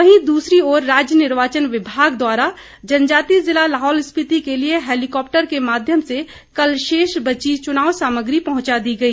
वहीं दूसरी ओर राज्य निर्वाचन विभाग द्वारा जनजातीय जिला लाहौल स्पिति के लिए हैलीकाप्टर के मााध्यम से कल शेष बची चुनाव सामग्री पहुंचा दी गई